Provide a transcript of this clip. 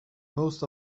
most